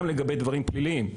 גם לגבי דברים פליליים.